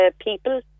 people